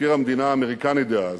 מזכיר המדינה האמריקני דאז,